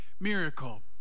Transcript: miracle